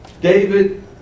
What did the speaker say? David